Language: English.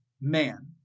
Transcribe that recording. man